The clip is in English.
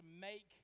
make